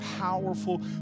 powerful